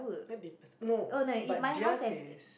but theirs is